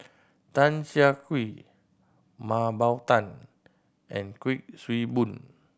Tan Siah Kwee Mah Bow Tan and Kuik Swee Boon